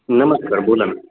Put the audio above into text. नमस्कार बोला ना